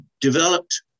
developed